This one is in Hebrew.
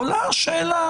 עולה השאלה